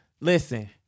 listen